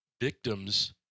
victims